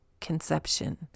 Conception